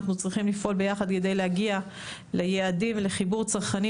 אנחנו צריכים לפעול ביחד כדי להגיע ליעדים ולחיבור צרכנים